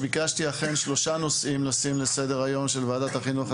ביקשתי לשים שלושה נושאים לסדר היום של ועדת החינוך,